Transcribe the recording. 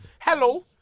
Hello